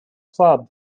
club